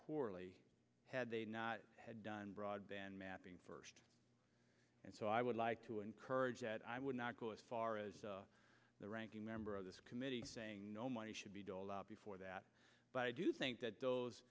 poorly had they not had done broadband mapping first and so i would like to encourage that i would not go as far as the ranking member of this committee saying no money should be doled out before that but i do think that those